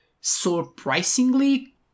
surprisingly